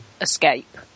Escape